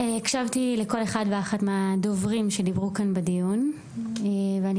הקשבתי לכל אחד ואחת מהדוברים שדיברו כאן בדיון ואני